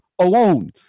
alone